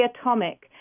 atomic